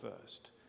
first